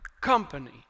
company